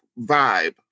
vibe